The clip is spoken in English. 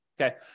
okay